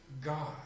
God